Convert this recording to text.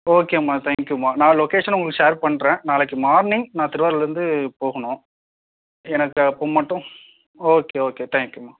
ஓகேம்மா தேங்க் யூம்மா நான் லொகேஷன் உங்களுக்கு ஷேர் பண்ணுறேன் நாளைக்கு மார்னிங் நான் திருவாரூர்லிருந்து போகணும் எனக்கு அப்போ மட்டும் ஓகே ஓகே தேங்க் யூம்மா